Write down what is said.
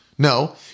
No